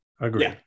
Agree